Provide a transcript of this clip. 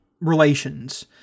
relations